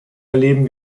erleben